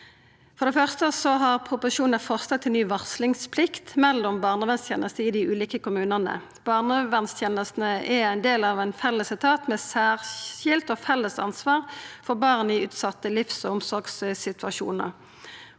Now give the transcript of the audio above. proposisjonen eit forslag til ny varslingsplikt mellom barnevernstenester i dei ulike kommunane. Barnevernstenestene er ein del av ein felles etat med særskilt og felles ansvar for barn i utsette livs- og omsorgssituasjonar.